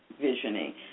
visioning